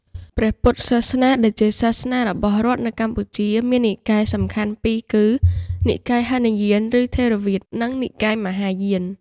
ព្រះពុទ្ធសាសនា ដែលជាសាសនារបស់រដ្ឋនៅកម្ពុជា មាននិកាយសំខាន់ពីរគឺ និកាយហីនយាន (ឬថេរវាទ) និង និកាយមហាយាន។